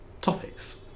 topics